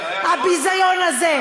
הביזיון הזה.